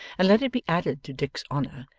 and let it be added, to dick's honour,